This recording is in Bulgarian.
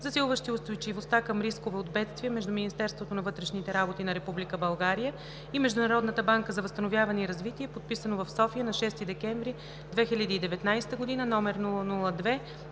засилващи устойчивостта към рискове от бедствия, между Министерството на вътрешните работи на Република България и Международната банка за възстановяване и развитие, подписано в София на 6 декември 2019 г., №